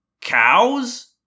Cows